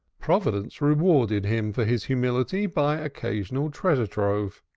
providence rewarded him for his humility by occasional treasure-trove.